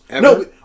No